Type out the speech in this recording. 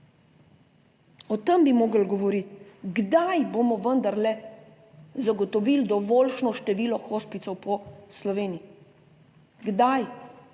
O tem bi morali govoriti. Kdaj bomo vendarle zagotovili dovoljšne število Hospicev po Sloveniji? Kdaj?